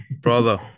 Brother